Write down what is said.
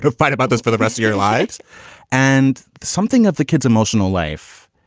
but fight about this for the rest of your lives and something of the kid's emotional life,